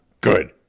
Good